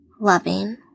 Loving